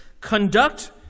Conduct